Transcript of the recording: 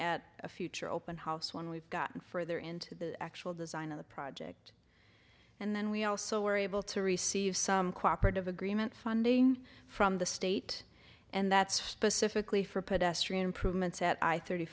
at a future open house when we've gotten further into the actual design of the project and then we also were able to receive some cooperate of agreement funding from the state and that's specifically for pedestrian prove that i thirty